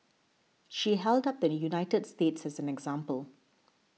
she held up the United States as an example